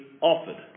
offered